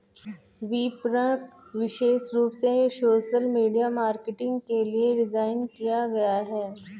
विपणक विशेष रूप से सोशल मीडिया मार्केटिंग के लिए डिज़ाइन किए गए है